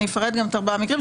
אני אפרט גם את הארבעה מקרים,